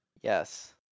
Yes